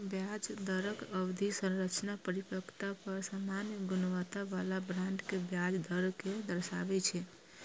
ब्याज दरक अवधि संरचना परिपक्वता पर सामान्य गुणवत्ता बला बांड के ब्याज दर कें दर्शाबै छै